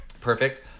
Perfect